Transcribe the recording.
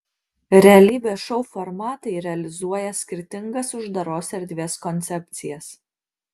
realybės šou formatai realizuoja skirtingas uždaros erdvės koncepcijas